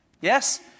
Yes